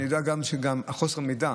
אני יודע, זה גם מחוסר מידע.